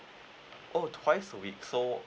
oh twice a week so